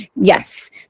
yes